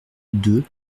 deux